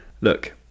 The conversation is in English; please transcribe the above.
Look